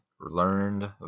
learned